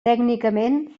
tècnicament